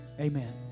amen